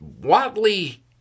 Watley